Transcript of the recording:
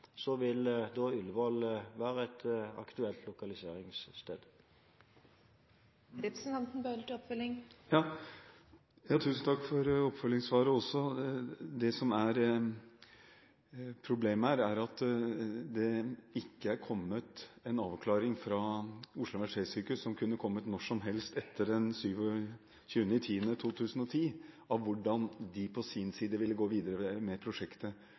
vil Ullevål være en aktuell lokalisering. Tusen takk også for oppfølgingssvaret. Problemet her er at det ikke har kommet en avklaring fra Oslo universitetssykehus – den kunne kommet når som helst etter 27. oktober 2010 – av hvordan de på sin side vil gå videre med prosjektet,